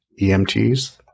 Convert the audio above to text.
emts